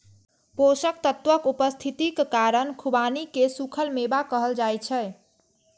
पोषक तत्वक उपस्थितिक कारण खुबानी कें सूखल मेवा कहल जाइ छै